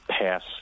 pass